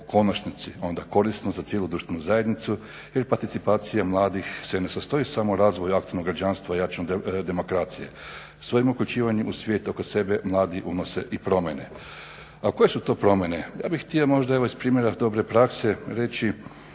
konačnici onda korisno za cijelu društvenu zajednicu jer participacija mladih se ne sastoji samo u razvoju aktivnog građanstva i jačanju demokracije, svojim uključivanjem u svijet oko sebe mladi unose i promjene. A koje su to promjene? Ja bih htio možda evo iz primjera dobre prakse reći